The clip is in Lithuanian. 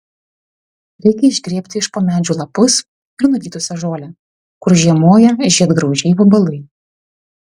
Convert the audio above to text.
reikia išgrėbti iš po medžių lapus ir nuvytusią žolę kur žiemoja žiedgraužiai vabalai